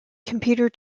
computer